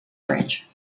bridge